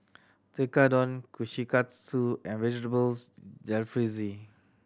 Tekkadon Kushikatsu and Vegetable Jalfrezi